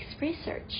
research